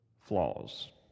flaws